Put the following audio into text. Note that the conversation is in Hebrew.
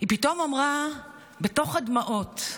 היא פתאום אמרה בתוך הדמעות,